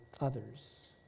others